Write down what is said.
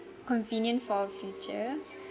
convenient for our future